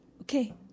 Okay